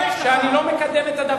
אתה הודעת,